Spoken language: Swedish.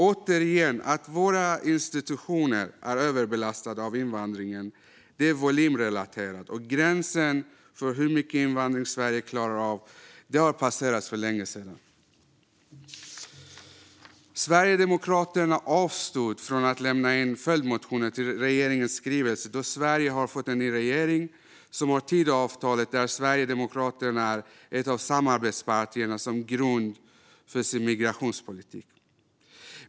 Återigen: Att våra institutioner är överbelastade av invandringen är volymrelaterat, och gränsen för hur mycket invandring Sverige klarar av har passerats för länge sedan. Sverigedemokraterna avstod från att lämna in följdmotioner till regeringens skrivelse eftersom Sverige har fått en ny regering som har Tidöavtalet, där Sverigedemokraterna är ett av samarbetspartierna, som grund för sin migrationspolitik.